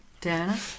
Dana